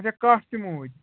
اچھا کَٹھ تِہ موٗدۍ